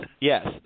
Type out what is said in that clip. yes